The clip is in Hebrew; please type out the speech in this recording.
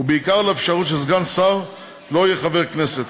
ובעיקר לאפשרות שסגן שר לא יהיה חבר כנסת.